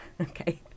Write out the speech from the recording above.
okay